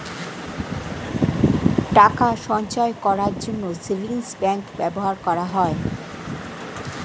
টাকা সঞ্চয় করার জন্য সেভিংস ব্যাংক ব্যবহার করা হয়